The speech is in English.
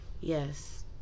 yes